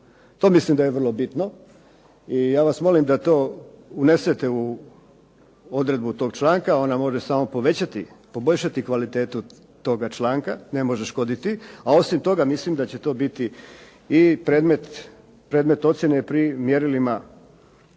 To mislim da je vrlo bitno i ja vas molim da to unesete u odredbu toga članka. Ona može samo poboljšati kvalitetu toga članka, ne može škoditi. A osim toga mislim da će to biti predmet ocjene pri mjerilima